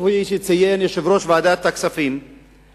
כפי שציין יושב-ראש ועדת הכספים,